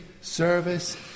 service